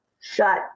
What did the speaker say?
shut